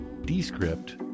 descript